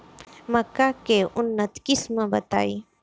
मक्का के उन्नत किस्म बताई?